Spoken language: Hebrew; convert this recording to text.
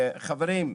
חברים,